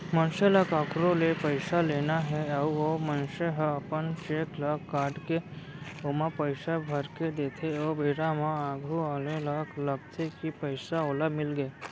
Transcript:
मनसे ल कखरो ले पइसा लेना हे अउ ओ मनसे ह अपन चेक ल काटके ओमा पइसा भरके देथे ओ बेरा म आघू वाले ल लगथे कि पइसा ओला मिलगे